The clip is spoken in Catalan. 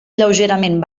lleugerament